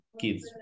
kids